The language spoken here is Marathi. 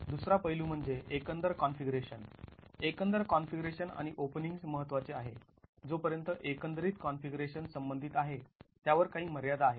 दुसरा पैलू म्हणजे एकंदर कॉन्फिगरेशन एकंदर कॉन्फिगरेशन आणि ओपनिंग्स् महत्त्वाचे आहे जोपर्यंत एकंदरीत कॉन्फिगरेशन संबंधित आहे त्यावर काही मर्यादा आहेत